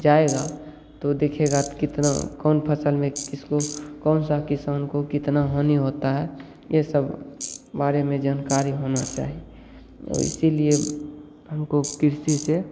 जाएगा तो दिखेगा की कितना कौन फसल में किसको कौन सा किस को कितना हानि होता है ये सब बारे में जानकारी होना चाहिए इसलिए हमको किसी से